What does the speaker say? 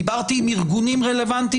דיברתי עם ארגונים רלוונטיים.